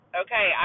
okay